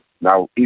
Now